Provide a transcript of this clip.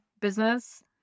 business